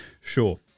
Sure